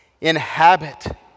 Inhabit